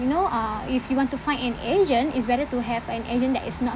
you know uh if you want to find an agent it's better to have an agent that is not